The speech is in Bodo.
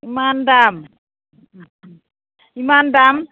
इमान दाम इमान दाम